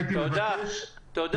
הייתי מבקש שזה יבוא --- תודה.